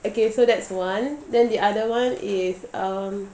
okay so that's one then the other one is um